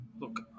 look